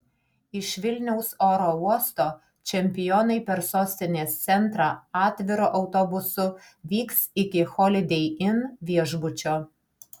iš vilniaus oro uosto čempionai per sostinės centrą atviru autobusu vyks iki holidei inn viešbučio